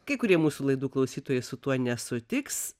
kai kurie mūsų laidų klausytojai su tuo nesutiks